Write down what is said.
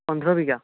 পোন্ধৰ বিঘা